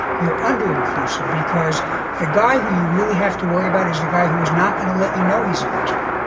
you're under inclusive because the guy who you really have to worry about is the guy who is not going to let you know he's a muslim,